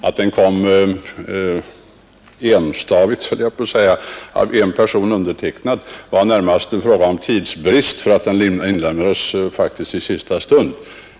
Att den var undertecknad bara av en person berodde på tidsbrist — den inlämnades faktiskt i sista stund.